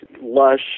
lush